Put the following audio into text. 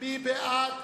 מי בעד?